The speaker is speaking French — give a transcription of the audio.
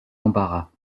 embarras